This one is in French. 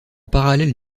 parallèle